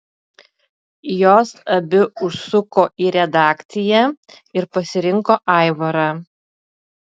jos abi užsuko į redakciją ir pasirinko aivarą